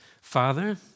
Father